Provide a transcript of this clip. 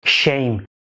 shame